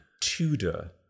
Tudor